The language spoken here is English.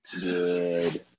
Good